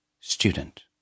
Student